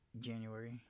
January